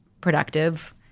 productive